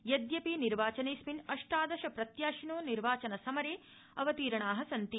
यदयिप निर्वाचनेऽस्मिन् अष्टादश प्रत्याशिनो निर्वाचनसमरे अवतीर्णा सन्ति